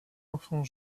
enfant